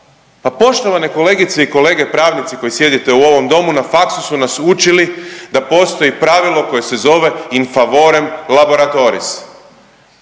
Pa poštovane kolegice i kolege pravnici koji sjedite u ovom Domu na faksu su nas učili da postoji pravilo koje se zove in favorem laboratoris.